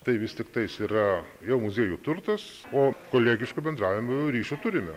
tai vis tiktais yra jau muziejų turtas o kolegišku bendravimu ryšių turime